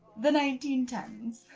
the nineteen ten